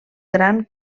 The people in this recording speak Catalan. gran